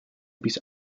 bis